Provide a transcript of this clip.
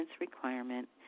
requirement